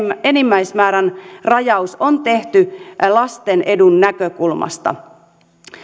enimmäismäärän rajaus on tehty lasten edun näkökulmasta